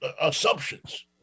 assumptions